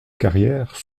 carrière